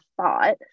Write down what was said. thought